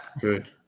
good